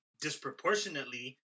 disproportionately